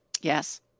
yes